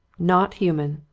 naught human!